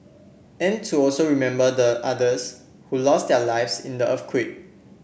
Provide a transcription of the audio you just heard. and to also remember the others who lost their lives in the earthquake